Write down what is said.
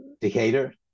decatur